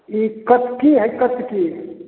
ई कटकी आओर कतकी